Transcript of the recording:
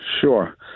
Sure